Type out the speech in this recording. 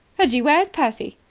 reggie, where is percy?